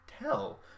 tell